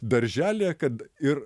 darželyje kad ir